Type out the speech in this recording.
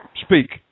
Speak